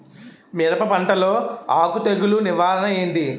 మిరప పంటలో ఆకు తెగులు నివారణ ఏంటి?